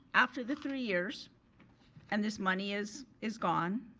after the three years and this money is is gone,